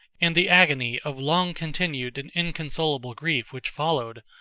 and the agony of long-continued and inconsolable grief which followed,